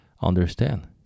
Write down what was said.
understand